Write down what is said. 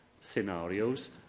scenarios